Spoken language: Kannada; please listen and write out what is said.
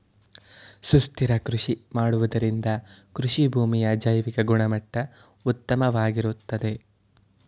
ಸುಸ್ಥಿರ ಕೃಷಿ ಮಾಡುವುದರಿಂದ ಕೃಷಿಭೂಮಿಯ ಜೈವಿಕ ಗುಣಮಟ್ಟ ಉತ್ತಮವಾಗಿರುತ್ತದೆ